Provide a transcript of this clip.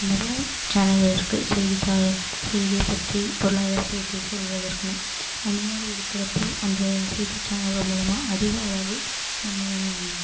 நிறைய சேனல்கள் இருக்குது செய்தித்தாள் செய்தி பற்றி பொருளாதார செய்தி சொல்கிறதுக்குன்னு அந்த மாதிரி இருக்கிறப்போ அந்த செய்திச் சேனல்கள் மூலமாக அதிக அளவு நம்ம